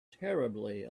terribly